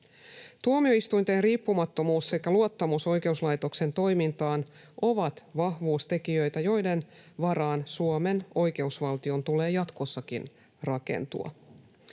Tuomioistuinten riippumattomuus sekä luottamus oikeuslaitoksen toimintaan ovat vahvuustekijöitä, joiden varaan Suomen oikeusvaltion tulee jatkossakin rakentua.